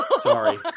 Sorry